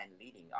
leading